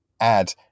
add